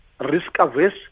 risk-averse